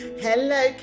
Hello